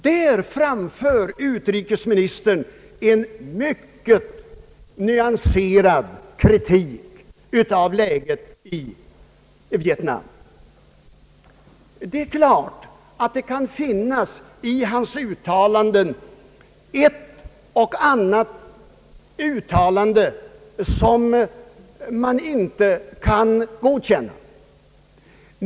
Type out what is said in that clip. Där framför utrikesministern en mycket nyanserad kritik av läget i Vietnam. Självfallet kan det i utrikesministerns uttalanden finnas en och annan vändning som man inte kan acceptera.